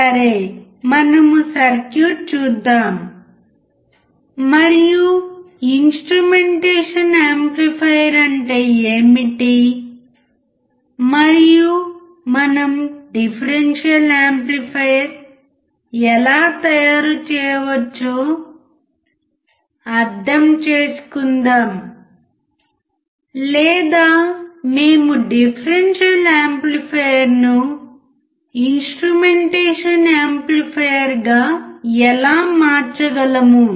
సరే మనము సర్క్యూట్ చూద్దాం మరియు ఇన్స్ట్రుమెంటేషన్ యాంప్లిఫైయర్ అంటే ఏమిటి మరియు మనం డిఫరెన్షియల్ యాంప్లిఫైయర్ ఎలా తయారు చేయవచ్చో అర్థం చేసుకుందాం లేదా మేము డిఫరెన్షియల్ యాంప్లిఫైయర్ను ఇన్స్ట్రుమెంటేషన్ యాంప్లిఫైయర్గా ఎలా మార్చగలము